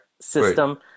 system